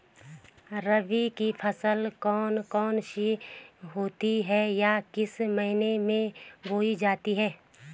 रबी की फसल कौन कौन सी होती हैं या किस महीने में बोई जाती हैं?